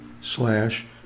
slash